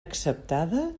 acceptada